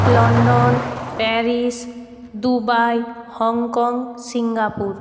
London Paris Dubai Hong Kong Singapore